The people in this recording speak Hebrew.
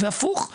ולהפך,